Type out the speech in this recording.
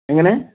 എങ്ങനെ